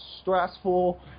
stressful